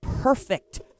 perfect